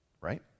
right